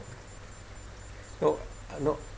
so no